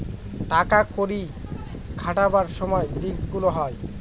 টাকা কড়ি খাটাবার সময় রিস্ক গুলো হয়